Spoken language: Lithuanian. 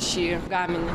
šį gaminį